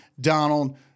Donald